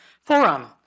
Forum